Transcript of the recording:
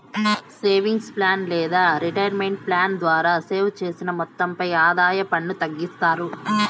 savings plan లేదా retirement plan ద్వారా save చేసిన మొత్తంపై ఆదాయ పన్ను తగ్గిస్తారు